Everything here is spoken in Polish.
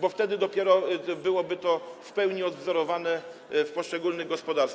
bo wtedy dopiero byłoby to w pełni odwzorowane w poszczególnych gospodarstwach.